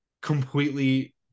completely